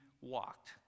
walked